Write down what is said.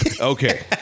Okay